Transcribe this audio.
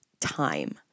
time